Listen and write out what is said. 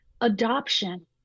adoption